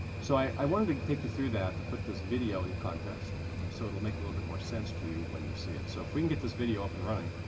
so i wanted to take you through that, to put this video into context so it will make a little bit more sense to you when you see it. so if we can get this video up and running.